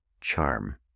charm